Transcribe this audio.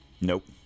Nope